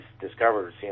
discovered